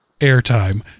airtime